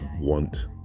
want